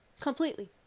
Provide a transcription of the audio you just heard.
Completely